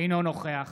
אינו נוכח